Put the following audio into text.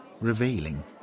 revealing